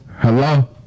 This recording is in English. Hello